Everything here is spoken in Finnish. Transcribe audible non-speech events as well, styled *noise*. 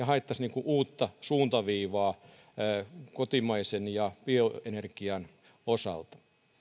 *unintelligible* haettaisiin uutta suuntaviivaa kotimaisen ja bioenergian osalta